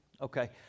Okay